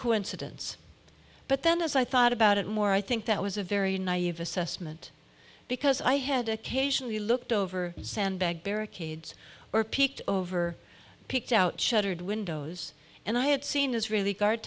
coincidence but then as i thought about it more i think that was a very naive assessment because i had occasionally looked over sandbag barricades or peeked over picked out shattered windows and i had seen israeli guard